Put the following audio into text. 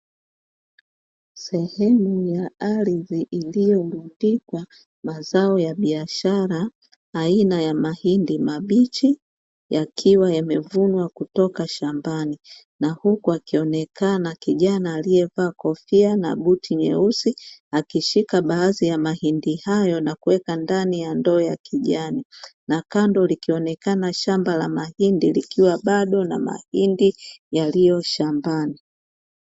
Sehemu ya ardhi iliyorundikwa mazao ya biashara aina ya mahindi mabichi, yakiwa yamevunwa kutoka shambani. Na huku akionekana kijana aliyevaa kofia na buti nyeusi, akishika baadhi ya mahindi hayoo na kuweka ndani ndoo ya kijani. Na kando likionekana shamba la mahindi likiwa bado na mahindi yaliyo shambani.